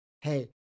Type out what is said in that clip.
hey